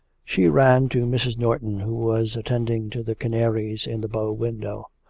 she ran to mrs. norton, who was attending to the canaries in the bow-window.